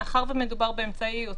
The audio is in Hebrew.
יותר